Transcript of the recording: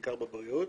בעיקר בבריאות.